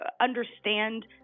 understand